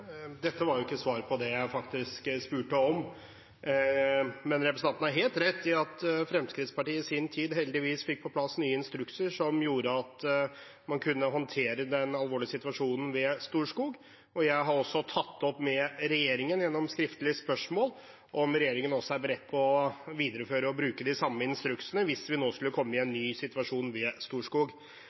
Dette var ikke svar på det jeg faktisk spurte om, men representanten har helt rett i at Fremskrittspartiet i sin tid heldigvis fikk på plass nye instrukser som gjorde at man kunne håndtere den alvorlige situasjonen ved Storskog. Jeg har også tatt opp med regjeringen gjennom skriftlige spørsmål om regjeringen er beredt på å videreføre og bruke de samme instruksene hvis vi nå skulle komme i en ny situasjon ved Storskog.